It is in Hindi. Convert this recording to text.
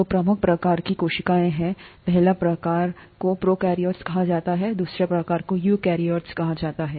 दो प्रमुख प्रकार की कोशिकाएं हैं पहले प्रकार को प्रोकैरियोट्स कहा जाता है दूसरे प्रकार को यूकेरियोट्स कहा जाता है